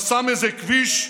חסם איזה כביש,